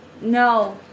No